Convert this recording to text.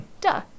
Duh